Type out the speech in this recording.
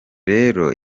rero